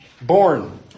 born